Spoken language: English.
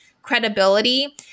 Credibility